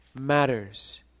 matters